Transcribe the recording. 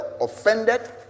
offended